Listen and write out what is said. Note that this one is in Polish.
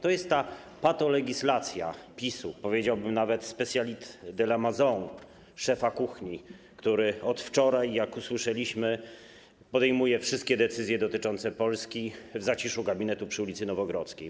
To jest ta patolegislacja PiS-u, powiedziałbym nawet: spécialité de la maison, specjalność szefa kuchni, który od wczoraj, jak usłyszeliśmy, podejmuje wszystkie decyzje dotyczące Polski w zaciszu gabinetu przy ul. Nowogrodzkiej.